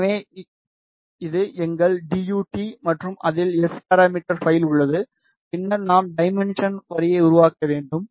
எனவே இது எங்கள் டி யு டீ மற்றும் அதில் எஸ் பாராமீட்டர் பைல் உள்ளது பின்னர் நாம் டைமென்ஷன் வரியை உருவாக்க வேண்டும்